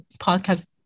podcast